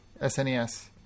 SNES